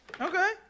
Okay